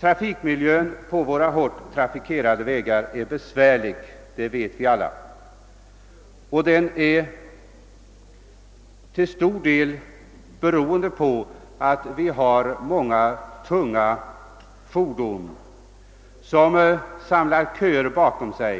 Att miljön på våra hårt trafikerade vägar är besvärlig vet vi alla. Detta beror till stor del på att de många tunga fordonen samlar köer bakom sig